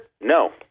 no